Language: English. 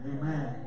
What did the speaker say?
amen